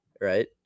right